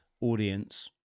audience